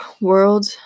world